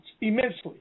immensely